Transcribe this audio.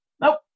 nope